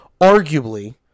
arguably